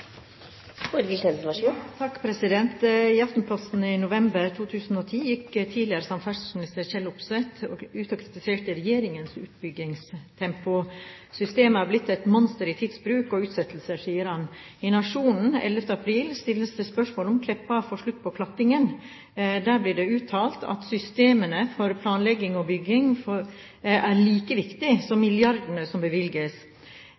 Aftenposten i november 2010 gikk tidligere samferdselsminister Kjell Opseth ut og kritiserte regjeringens utbyggingstempo og sa at «systemet er blitt et monster i tidsbruk og utsettelser». I Nationen 11. april stilles spørsmålet: «Får Kleppa slutt på klattingen?» Der blir det uttalt: «Systemene for planlegging og bygging er like viktige som milliardene som bevilges.